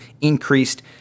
increased